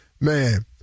Man